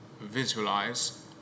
visualize